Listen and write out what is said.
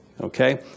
Okay